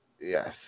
Yes